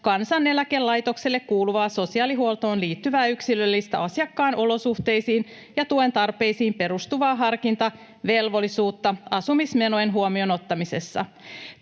Kansaneläkelaitokselle kuuluvaa sosiaalihuoltoon liittyvää yksilöllistä asiakkaan olosuhteisiin ja tuen tarpeisiin perustuvaa harkintavelvollisuutta asumismenojen huomioon ottamisessa.